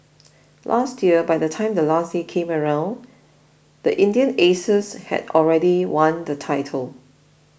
last year by the time the last day came around the Indian Aces had already won the title